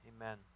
Amen